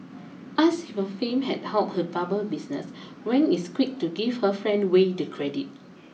asked if her fame had helped her barber business Wang is quick to give her friend Way the credit